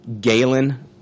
Galen